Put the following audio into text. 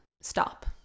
stop